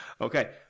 Okay